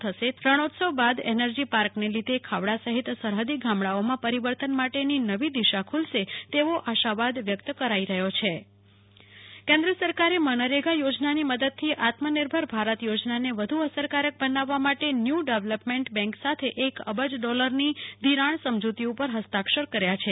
તેમજ જન જીવન ધબકતુ થશે રણોત્સવ બાદ એનર્જી પાર્કને લીધે ખાવડા સરહદી ગામડાઓમાં પરિવર્તન માટેની નવી દિશાઓ ખુ લશે તેવો આશાવાદ વ્યક્ત કરાઈ રહ્યો છે કલ્પના શાહ આત્મનિર્ભર ભારત કેન્દ્ર સરકારે મનરેગા યોજનાની મદદથી આત્મનિર્ભર ભારત યોજનાને વધુ અસરકારક બનાવવા માટે ન્યુ ડેવલપમેન્ટ બેંક સાથે એક અબજ ડોલરની ધિરાણ સમજૂતી ઉપર હસ્તાક્ષર કર્યા છે